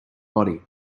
body